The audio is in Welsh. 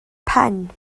pen